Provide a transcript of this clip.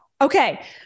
Okay